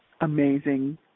Amazing